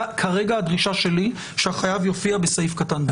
כרגע הדרישה שלי היא שהחייב יופיע בסעיף קטן (ד).